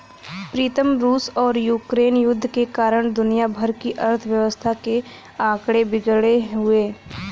प्रीतम रूस और यूक्रेन युद्ध के कारण दुनिया भर की अर्थव्यवस्था के आंकड़े बिगड़े हुए